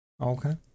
Okay